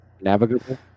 Navigable